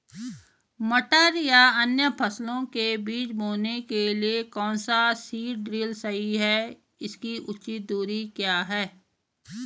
मटर या अन्य फसलों के बीज बोने के लिए कौन सा सीड ड्रील सही है इसकी उचित दूरी क्या है?